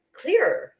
clearer